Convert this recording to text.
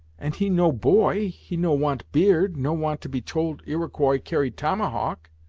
and he no boy he no want beard no want to be told iroquois carry tomahawk,